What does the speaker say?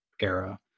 era